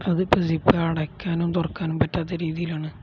അതിപ്പോള് സിപ്പ് അടയ്ക്കാനും തുറക്കാനും പറ്റാത്ത രീതിയിലാണ്